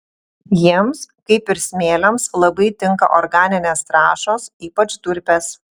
jiems kaip ir smėliams labai tinka organinės trąšos ypač durpės